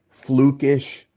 flukish